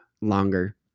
longer